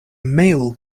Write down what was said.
male